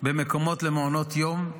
במקומות במעונות יום.